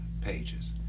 pages